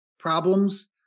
problems